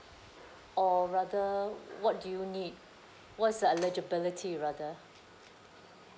or rather what do you need what's the eligibility rather